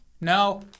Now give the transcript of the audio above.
No